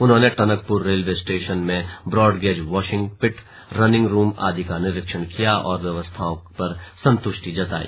उन्होंने Tanakpur railway station में broad gauge washing pit running room आदि का निरीक्षण किया और व्यवस्थाओं पर संतुष्टि जताई